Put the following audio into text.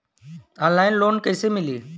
Online loan कइसे मिली?